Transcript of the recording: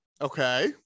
okay